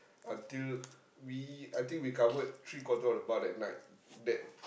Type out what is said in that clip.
until we I think we covered three quarter of the bar that night that